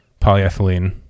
polyethylene